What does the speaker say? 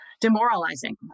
demoralizing